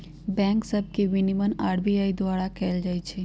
bank सभ के विनियमन आर.बी.आई द्वारा कएल जाइ छइ